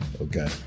Okay